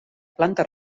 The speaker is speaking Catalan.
planta